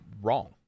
wrong